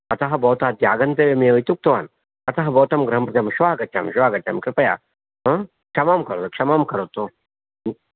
अतः अद्य भवता आगन्तव्यमेव इति उक्तवान् अतः भवतां गृहं प्रति अहं श्वः आगच्छामि श्वः आगच्छामि कृपया अस्तु क्षमां करोतु क्षमां करोतु